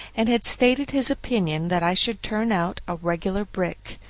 and had stated his opinion that i should turn out a regular brick.